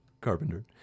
carpenter